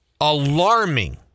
alarming